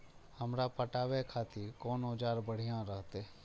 हमरा पटावे खातिर कोन औजार बढ़िया रहते?